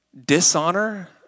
Dishonor